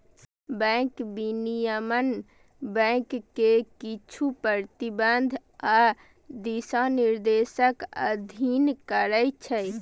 bank विनियमन bank कें किछु प्रतिबंध आ दिशानिर्देशक अधीन करै छै